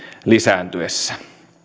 lisääntyessä